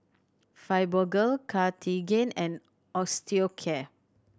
Fibogel Cartigain and Osteocare